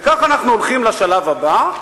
וכך אנחנו הולכים לשלב הבא.